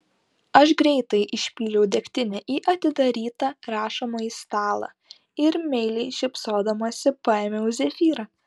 aš greitai išpyliau degtinę į atidarytą rašomąjį stalą ir meiliai šypsodamasi paėmiau zefyrą